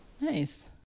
nice